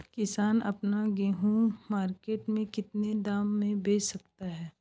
किसान अपना गेहूँ मार्केट में कितने दाम में बेच सकता है?